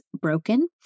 broken